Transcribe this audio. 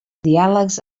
diàlegs